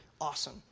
Awesome